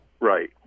Right